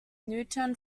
newton